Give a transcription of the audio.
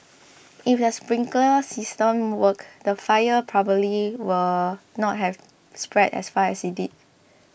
if the sprinkler system worked the fire probably will not have spread as fast as it did